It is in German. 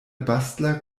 bastler